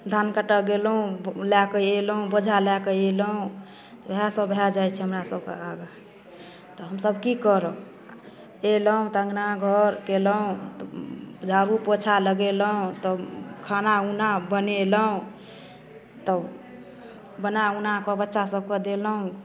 धान काटऽ गेलहुँ लऽ कऽ अएलहुँ बोझा लऽ कऽ अएलहुँ वएहसब भऽ जाइ छै हमरासबके योगा तऽ हमसब कि करब अएलहुँ तऽ अँगना घर केलहुँ झाड़ू पोछा लगेलहुँ तब खाना उना बनेलहुँ तब बना उनाकऽ बच्चासबके देलहुँ